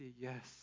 yes